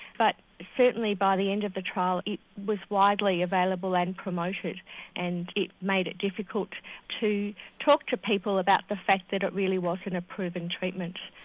but certainly by the end of the trial it was widely available and promoted and it made it difficult to talk to people about the fact that it really wasn't a proven treatment.